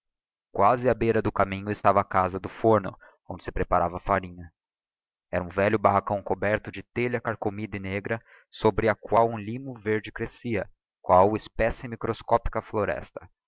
quasi á beira do caminho estava a casa do forno onde se preparava a farinha era um velho barracão coberto de telha carcomida e negra sobreaqual um limo verde crescia qual espessa e microscópica floresta